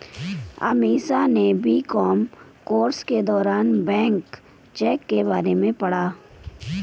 अमीषा ने B Com course के दौरान बैंक चेक के बारे में पढ़ा